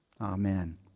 Amen